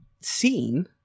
seen